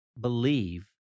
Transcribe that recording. believe